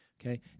Okay